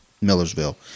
Millersville